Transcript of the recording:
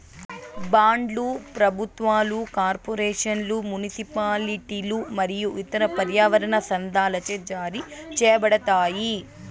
బాండ్లు ప్రభుత్వాలు, కార్పొరేషన్లు, మునిసిపాలిటీలు మరియు ఇతర పర్యావరణ సంస్థలచే జారీ చేయబడతాయి